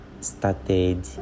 started